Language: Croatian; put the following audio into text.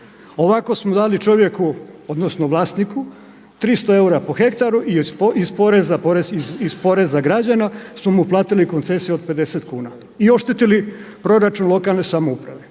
Ovako smo dali čovjeku odnosno vlasniku 300 eura po hektaru i iz poreza porez iz građana smo mu platili koncesiju od 50 kuna i oštetili proračun lokalne samouprave.